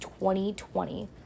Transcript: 2020